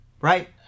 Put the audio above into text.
right